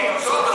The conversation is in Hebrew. את מי, אותו?